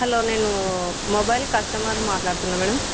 hello నేను mobile కస్టమర్ని మాట్లాడుతున్నా మేడం